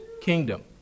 kingdom